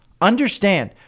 Understand